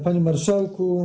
Panie Marszałku!